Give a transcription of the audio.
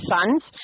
Sons